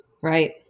Right